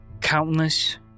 countless